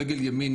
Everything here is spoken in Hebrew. רגל ימין,